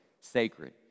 sacred